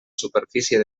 superfície